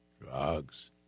Drugs